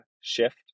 shift